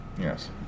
Yes